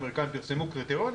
האמריקאים פרסמו קריטריונים,